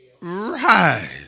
Right